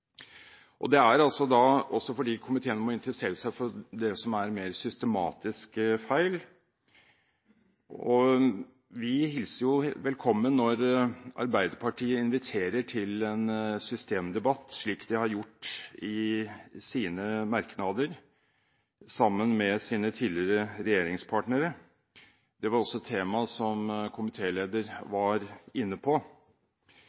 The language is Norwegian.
også fordi komiteen må interessere seg for det som er mer systematiske feil. Vi hilser det velkommen når Arbeiderpartiet inviterer til en systemdebatt, slik de har gjort i sine merknader sammen med sine tidligere regjeringspartnere og Miljøpartiet De Grønne. Det var også et tema som komitélederen var inne på.